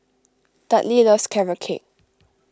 Dudley loves Carrot Cake